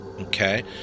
okay